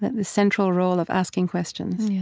the central role of asking questions. yeah